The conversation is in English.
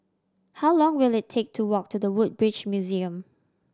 how long will it take to walk to The Woodbridge Museum